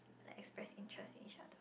like express interest in each other